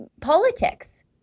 politics